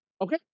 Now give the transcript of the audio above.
Okay